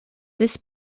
this